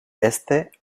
este